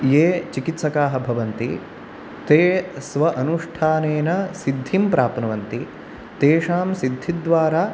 ये चिकित्सकाः भवन्ति ते स्व अनुष्ठानेन सिद्धिं प्राप्नुवन्ति तेषां सिद्धिद्वारा